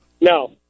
No